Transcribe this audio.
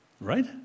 Right